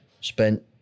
spent